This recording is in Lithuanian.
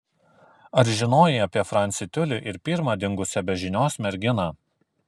ar žinojai apie francį tiulį ir pirmą dingusią be žinios merginą